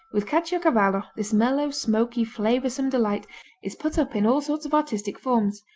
with caciocavallo, this mellow, smoky flavorsome delight is put up in all sorts of artistic forms,